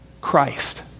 christ